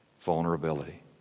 vulnerability